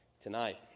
tonight